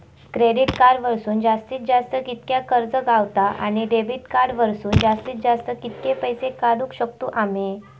Credit card वरसून जास्तीत जास्त कितक्या कर्ज गावता, आणि डेबिट कार्ड वरसून जास्तीत जास्त कितके पैसे काढुक शकतू आम्ही?